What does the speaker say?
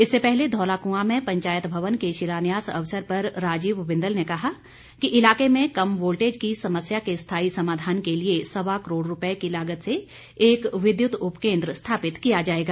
इससे पहले धौलाकुआं में पंचायत भवन के शिलान्यास अवसर पर राजीव बिंदल ने कहा कि इलाके में कम वोल्टेज की समस्या के स्थायी समाधान के लिए सवा करोड़ रूपये की लागत से एक विद्युत उपकेन्द्र स्थापित किया जाएगा